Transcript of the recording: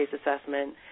assessment